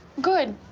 good.